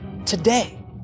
today